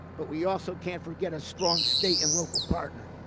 but we also can't forget a strong state and local partner.